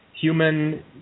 human